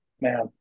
man